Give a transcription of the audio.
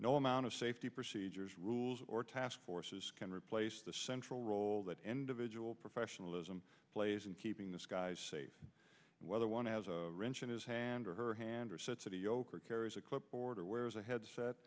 no amount of safety procedures rules or task forces can replace the central role that individual professionalism plays in keeping the skies safe whether one has a wrench in his hand or her hand or set city yoker carries a clipboard or wears a head